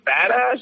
badass